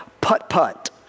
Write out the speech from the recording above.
Putt-Putt